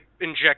inject